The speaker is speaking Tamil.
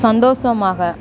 சந்தோஷமாக